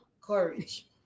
courage